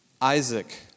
Isaac